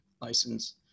license